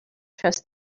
trust